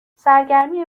سرگرمی